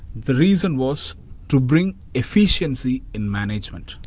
the reason was to bring efficiency in management.